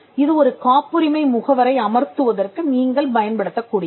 இது ஒரு காப்புரிமை முகவரை அமர்த்துவதற்கு நீங்கள் பயன்படுத்தக்கூடியது